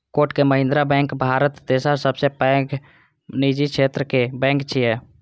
Kotak Mahindra bank Bharat तेसर सबसं पैघ निजी क्षेत्रक बैंक छियै